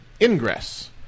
Ingress